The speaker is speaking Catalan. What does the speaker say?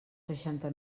seixanta